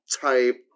type